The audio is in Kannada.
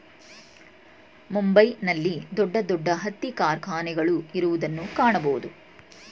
ಮುಂಬೈ ನಲ್ಲಿ ದೊಡ್ಡ ದೊಡ್ಡ ಹತ್ತಿ ಕಾರ್ಖಾನೆಗಳು ಇರುವುದನ್ನು ಕಾಣಬೋದು